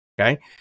Okay